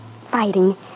fighting